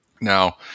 Now